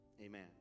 amen